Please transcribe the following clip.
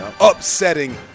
upsetting